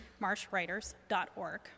marshwriters.org